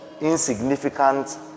insignificant